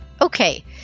Okay